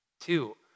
Two